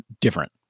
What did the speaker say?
different